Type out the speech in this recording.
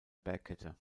bergkette